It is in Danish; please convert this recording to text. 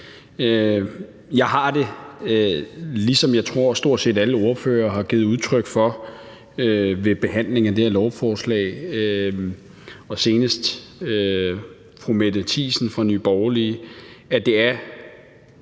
den måde, som jeg tror stort set alle ordførere har givet udtryk for ved behandlingen af det her lovforslag, senest fru Mette Thiesen fra Nye Borgerlige, at det er